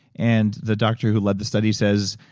and the doctor who led the study says,